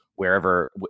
wherever